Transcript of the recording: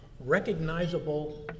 Recognizable